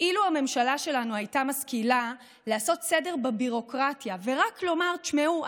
אילו הממשלה שלנו הייתה משכילה לעשות סדר בביורוקרטיה ורק לומר: תשמעו,